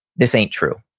this isn't true.